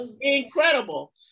incredible